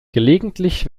gelegentlich